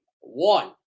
One